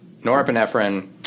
norepinephrine